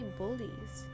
bullies